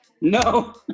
No